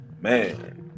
Man